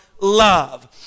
love